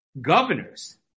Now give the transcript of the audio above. governors